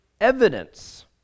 evidence